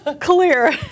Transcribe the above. clear